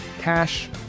cash